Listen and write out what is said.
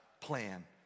plan